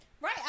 Right